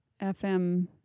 FM